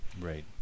Right